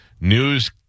news